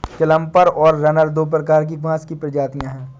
clumper और runner दो प्रकार की बाँस की प्रजातियाँ हैं